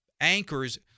anchors